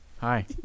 Hi